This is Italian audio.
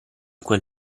quel